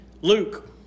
Luke